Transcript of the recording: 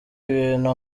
ibintu